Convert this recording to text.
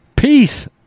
Peace